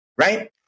right